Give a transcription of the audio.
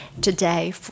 today